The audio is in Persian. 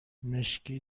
مشکی